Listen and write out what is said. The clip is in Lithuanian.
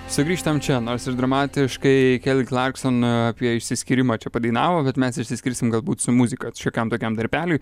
sugrįžtam čia nors ir dramatiškai keli klarkson apie išsiskyrimą čia padainavo bet mes išsiskirsim galbūt su muzika šiokiam tokiam darbeliui